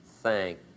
thank